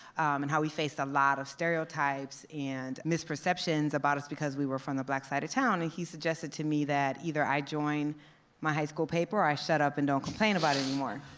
and how we faced a lot of stereotypes and misperceptions about us because we were from the black side of town. and he suggested to me either i join my high school paper or i shut up and don't complain about it anymore.